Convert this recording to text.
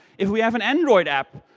if we have an android app,